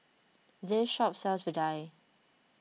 this shop sells Vadai